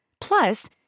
Plus